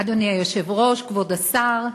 אדוני היושב-ראש, כבוד השר,